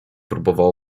próbował